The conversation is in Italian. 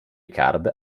card